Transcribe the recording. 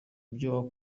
byo